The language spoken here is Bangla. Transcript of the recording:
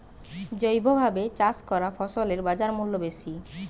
জৈবভাবে চাষ করা ফসলের বাজারমূল্য বেশি